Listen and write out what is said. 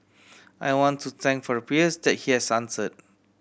I want to thank for the prayers that he has answered